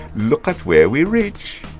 look at where we reach.